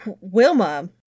Wilma